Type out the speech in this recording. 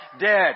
Dead